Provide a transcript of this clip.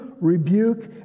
rebuke